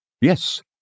Yes